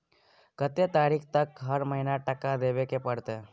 कत्ते तारीख तक हर महीना टका देबै के परतै?